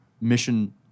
mission